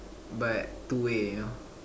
but two way you know